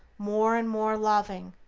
more and more loving,